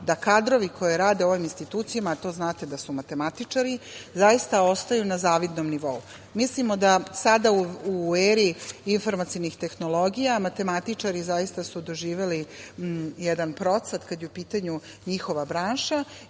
da kadrovi koji rade u ovim institucijama, a to znate da su matematičari, zaista ostaju na zavidnom nivou. Mislimo da sada u eri informacionih tehnologija matematičari zaista su doživeli jedan procvat kada je u pitanju njihova branša,